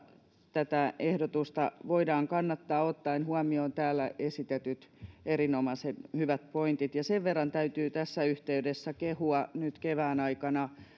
tätä ehdotusta voidaan kannattaa ottaen huomioon täällä esitetyt erinomaisen hyvät pointit sen verran täytyy tässä yhteydessä kehua nyt